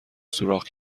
سوراخ